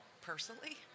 personally